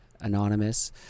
anonymous